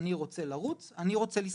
"אני רוצה לרוץ" או "אני רוצה לשחות",